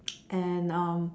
and